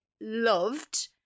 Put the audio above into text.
loved